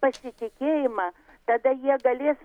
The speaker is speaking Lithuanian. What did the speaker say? pasitikėjimą tada jie galės